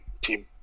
team